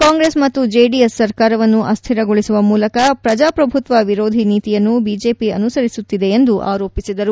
ಕಾಂಗ್ರೆಸ್ ಮತ್ತು ಜೆಡಿಎಸ್ ಸರ್ಕಾರವನ್ನು ಅಸ್ದಿರಗೊಳಿಸುವ ಮೂಲಕ ಪ್ರಜಾ ಪ್ರಭುತ್ವ ವಿರೋಧಿ ನೀತಿಯನ್ನು ಬಿಜೆಪಿ ಅನುಸರಿಸುತ್ತಿದೆ ಎಂದು ಆರೋಪಿಸಿದರು